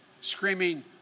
screaming